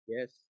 Yes